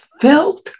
felt